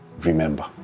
remember